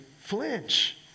flinch